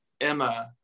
Emma